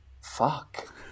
fuck